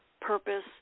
purpose